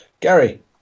Gary